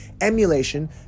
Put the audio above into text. Emulation